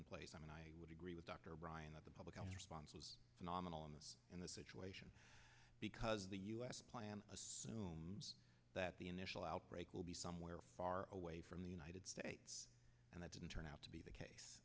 in place i mean i would agree with dr ryan that the public health response was nominal in the in the situation because the u s plan assumes that the initial outbreak will be somewhere far away from the united states and that didn't turn out to be the case